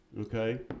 Okay